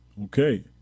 Okay